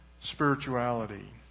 spirituality